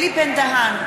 אלי בן-דהן,